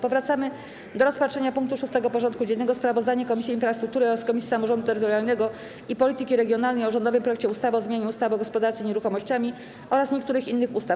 Powracamy do rozpatrzenia punktu 6. porządku dziennego: Sprawozdanie Komisji Infrastruktury oraz Komisji Samorządu Terytorialnego i Polityki Regionalnej o rządowym projekcie ustawy o zmianie ustawy o gospodarce nieruchomościami oraz niektórych innych ustaw.